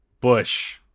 Bush